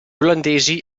olandesi